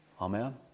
Amen